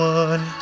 one